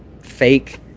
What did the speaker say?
fake